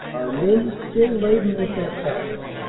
our men, still laden with their packs,